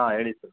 ಹಾಂ ಹೇಳಿ ಸರ್